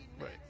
right